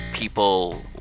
people